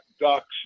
ducks